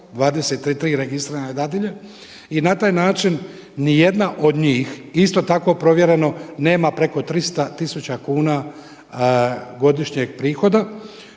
23 registrirane dadilje. I na taj način niti jedna od njih, isto tako provjereno nema preko 300 tisuća kuna godišnjeg prihoda